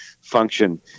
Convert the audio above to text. function